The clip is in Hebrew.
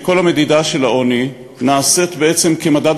שכל המדידה של העוני נעשית בעצם כמדד